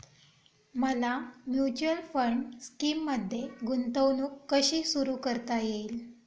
मला mutual fund स्कीममध्ये गुंतवणूक कशी सुरू करता येईल?